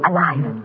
Alive